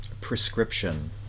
prescription